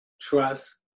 trust